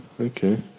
Okay